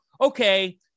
okay